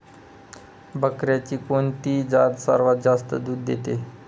बकऱ्यांची कोणती जात सर्वात जास्त दूध देते?